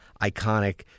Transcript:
iconic